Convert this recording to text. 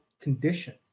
condition